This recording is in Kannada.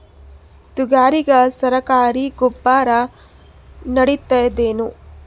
ತೊಗರಿಗ ಸರಕಾರಿ ಗೊಬ್ಬರ ನಡಿತೈದೇನು?